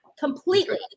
Completely